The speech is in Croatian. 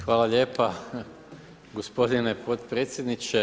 Hvala lijepa gospodine potpredsjedniče.